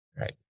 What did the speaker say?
Right